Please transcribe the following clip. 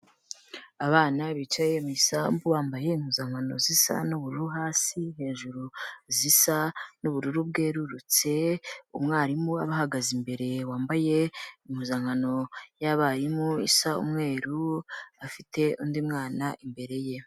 Abana bicaye mu isambu bambaye impuzankano zisa n'ubururu hasi, hejuru zisa n'ubururu bwerurutse, umwarimu ahagaze imbere wambaye impuzankano y'abarimu isa umweru, afite undi mwana imbere ye.